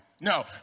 No